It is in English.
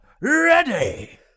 ready